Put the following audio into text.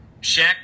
Shaq